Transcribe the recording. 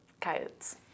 coyotes